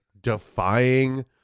defying